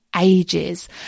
ages